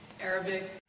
Arabic